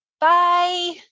Bye